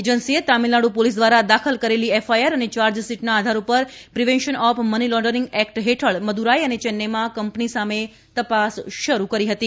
એજન્સીએ તામિલનાડ્ર પોલીસ દ્વારા દાખલ કરેલી એફઆઈઆર અને ચાર્જશીટના આધાર પર prevention of money laundering act હેઠળ મ્દુરાઈ અને ચેન્નઈમાં કંપની સામે તપાસ શરૂ કરી હતી